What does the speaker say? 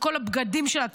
שכל הבגדים שלה,